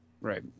Right